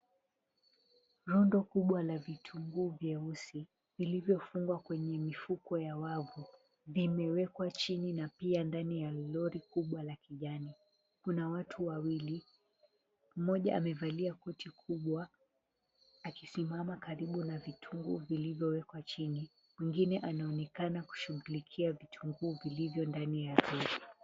Rundo kubwa la vitungu vyeusi vilivyofungwa kwenye mifuko ya wavu imewekwa chini na pia ndani ya lori kubwa la kijani. Kuna watu wawili mmoja amevalia koti kubwa akisimama karibu na vitungu vilivyo wekwa chini mwingine anaonekana kushughulikia vitunguu vilivyo ndani yake.